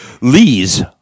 Lees